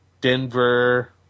Denver